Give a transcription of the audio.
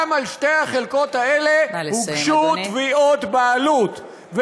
גם על שתי החלקות האלה הוגשו תביעות בעלות.